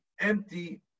empty